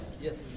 Yes